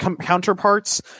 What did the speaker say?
counterparts